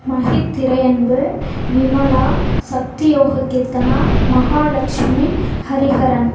மஹிதிறையன்பு விமலா சத்தியோக கீர்த்தனா மஹாலக்ஷ்மி ஹரிஹரன்